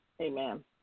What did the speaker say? Amen